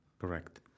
Correct